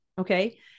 okay